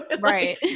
Right